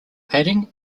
padding